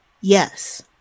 Yes